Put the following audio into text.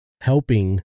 helping